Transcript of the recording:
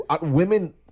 women